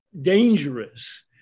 dangerous